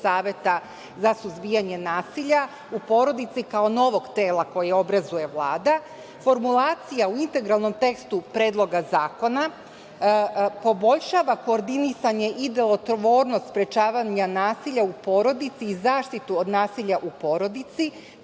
Saveta za suzbijanje nasilja u porodici kao novog tela koje obrazuje Vlada. Formulacija u integralnom tekstu Predloga zakona poboljšava koordinisanje i delotvornost sprečavanja nasilja u porodici i zaštitu od nasilja u porodici,